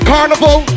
Carnival